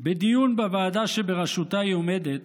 בדיון בוועדה שבראשותה היא עומדת,